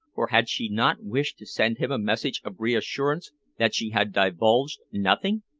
for had she not wished to send him a message of reassurance that she had divulged nothing?